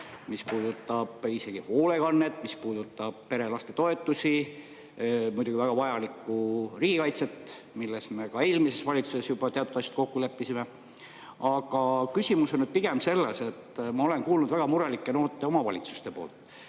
mis puudutab isegi hoolekannet, mis puudutab pere‑ ja lastetoetusi, muidugi väga vajalikku riigikaitset, milles me ka eelmises valitsuses juba teatavasti kokku leppisime. Aga küsimus on pigem selles. Ma olen kuulnud väga murelikke noote omavalitsuste poolt.